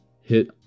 hit